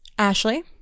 Ashley